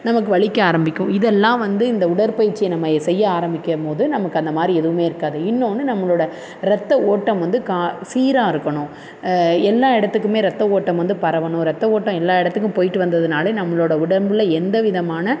நமக்கு வலிக்க ஆரம்பிக்கும் இதெல்லாம் வந்து இந்த உடற்பயிற்சியை நம்ம செய்ய ஆரமிக்கும் போது நமக்கு அந்த மாதிரி எதுவுமே இருக்காது இன்னொன்று நம்மளோட ரத்த ஓட்டம் வந்து கா சீராக இருக்கணும் எல்லா இடத்துக்குமே ரத்த ஓட்டம் வந்து பரவணும் ரத்த ஓட்டம் எல்லா இடத்துக்கும் போயிட்டு வந்ததுனாலே நம்மளோட உடம்பில் எந்த விதமான